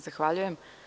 Zahvaljujem.